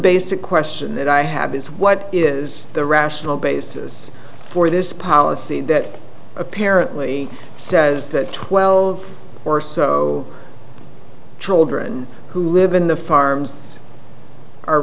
basic question that i have is what is the rational basis for this policy that apparently says that twelve or so children who live in the farms are